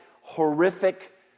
horrific